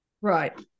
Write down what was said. Right